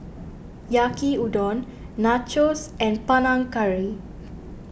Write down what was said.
Yaki Udon Nachos and Panang Curry